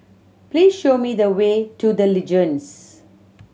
please show me the way to The Legends